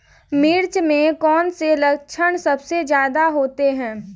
मिर्च में कौन से लक्षण सबसे ज्यादा होते हैं?